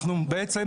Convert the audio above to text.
אנחנו בעצם,